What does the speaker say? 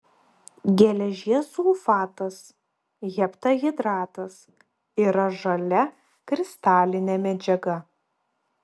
geležies sulfatas heptahidratas yra žalia kristalinė medžiaga